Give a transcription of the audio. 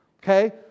Okay